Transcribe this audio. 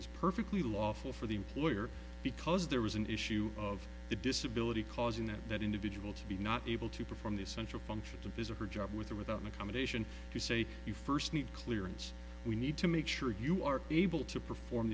is perfectly lawful for the employer because there was an issue of the disability causing that that individual to be not able to perform the essential functions of his or her job with or without accommodation you say you first need clearance we need to make sure you are able to perform